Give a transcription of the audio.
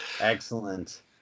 Excellent